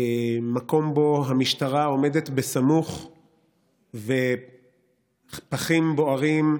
מקום שבו המשטרה עומדת סמוך ופחים בוערים,